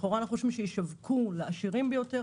לכאורה היינו חושבים שישווקו לעשירים ביותר,